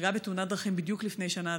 שנהרגה בתאונת דרכים בדיוק לפני שנה,